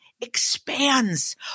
expands